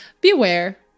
beware